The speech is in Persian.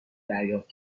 دریافت